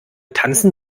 tanzen